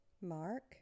Mark